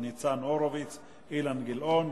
ניצן הורוביץ ואילן גילאון,